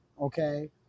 okay